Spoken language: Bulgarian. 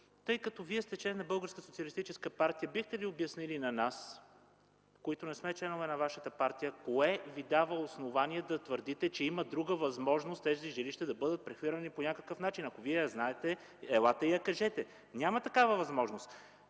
социалистическа партия, бихте ли обяснили на нас, които не сме членове на вашата партия, кое ви дава основание да твърдите, че има друга възможност тези жилища да бъдат прехвърлени по някакъв начин? Ако Вие я знаете, елате и я кажете. Няма такава възможност!